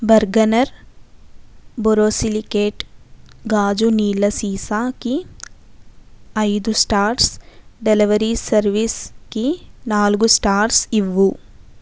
Bergner borosilicate గాజు నీళ్ళ సీసాకి ఐదు స్టార్స్ డెలివరీ సర్వీస్కి నాలుగు స్టార్స్ ఇవ్వు